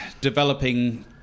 Developing